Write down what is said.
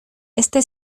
este